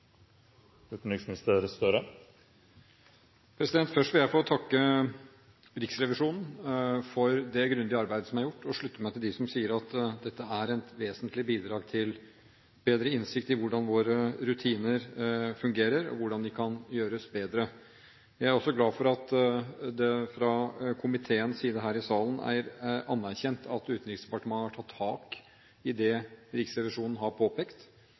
gjort, og jeg slutter meg til dem som sier at dette er et vesentlig bidrag til bedre innsikt i hvordan våre rutiner fungerer, og hvordan de kan gjøres bedre. Jeg er også glad for at det fra komiteens side her i salen er anerkjent at Utenriksdepartementet har tatt tak i det Riksrevisjonen har påpekt,